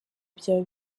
byawe